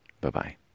Bye-bye